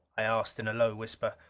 i asked in a low whisper.